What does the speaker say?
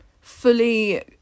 fully